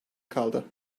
kaldı